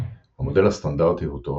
המודל הסטנדרטי הוא תורה